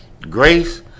Grace